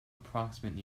approximate